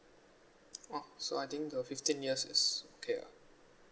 oh so I think the fifteen years is okay ah